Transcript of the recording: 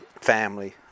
family